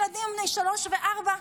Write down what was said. ילדים בני שלוש וארבע,